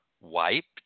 Wiped